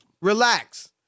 Relax